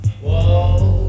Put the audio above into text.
whoa